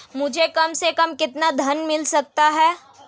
मुझे कम से कम कितना ऋण मिल सकता है?